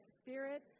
Spirit